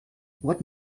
what